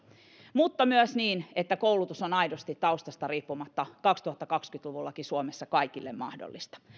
mutta myös niin että koulutus on aidosti taustasta riippumatta kaksituhattakaksikymmentä luvullakin suomessa kaikille mahdollista